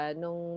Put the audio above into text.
nung